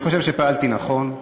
אני חושב שפעלתי נכון.